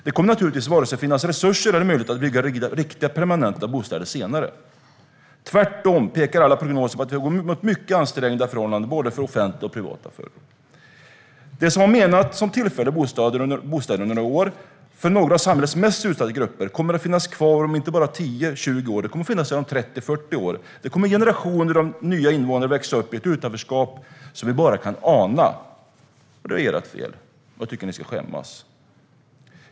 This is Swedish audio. Naturligtvis kommer det varken att finnas resurser eller möjligheter att bygga riktiga, permanenta bostäder senare. Tvärtom pekar alla prognoser på att vi går mot mycket ansträngda förhållanden, både för det offentliga och för det privata. De bostäder som var menade som en tillfällig lösning under några år för några av samhällets mest utsatta grupper kommer att finnas kvar inte bara om 10-20 år, utan de kommer att finnas kvar även om 30-40 år. Generationer av nya invånare kommer att växa upp i ett utanförskap som vi bara kan ana, och detta är ert fel. Jag tycker att ni ska skämmas.